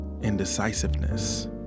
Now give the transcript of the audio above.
indecisiveness